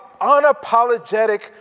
unapologetic